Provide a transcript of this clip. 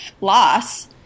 loss